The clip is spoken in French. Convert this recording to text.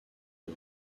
nom